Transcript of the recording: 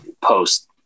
post